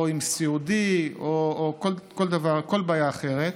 או סיעודי, או כל דבר, כל בעיה אחרת,